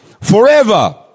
Forever